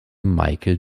michael